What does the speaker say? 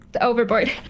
overboard